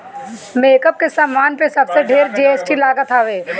makeup के सामान पे सबसे ढेर जी.एस.टी लागल हवे